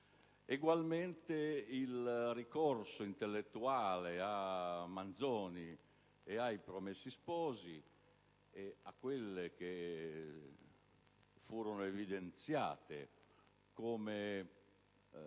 nonostante il ricorso intellettuale a Manzoni e ai Promessi Sposi e a quelle che furono evidenziate come